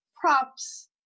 props